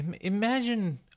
Imagine